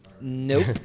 Nope